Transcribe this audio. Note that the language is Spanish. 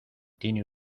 tiene